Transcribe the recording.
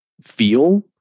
feel